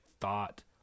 thought